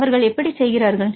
அவர்கள் எப்படி செய்கிறார்கள்